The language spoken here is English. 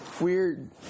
weird